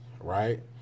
right